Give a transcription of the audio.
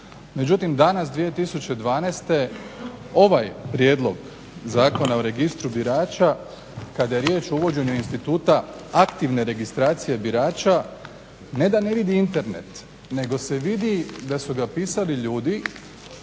Međutim, danas 2012. ovaj Prijedlog zakona o registru birača kada je riječ o uvođenju instituta aktivne registracije birača ne da ne vidi Internet, nego se vidi da su ga pisali ljudi